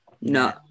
No